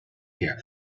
here